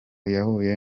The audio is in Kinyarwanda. yahuye